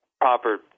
proper